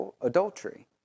adultery